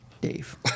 Dave